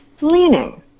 leaning